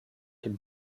dem